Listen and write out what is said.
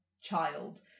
child